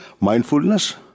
Mindfulness